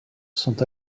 sont